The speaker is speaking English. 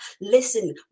Listen